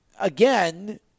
again